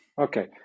Okay